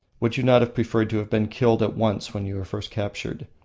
would you not have preferred to have been killed at once when you were first captured?